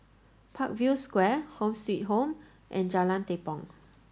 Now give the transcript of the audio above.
Parkview Square Home Suite Home and Jalan Tepong